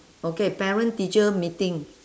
okay parent teacher meeting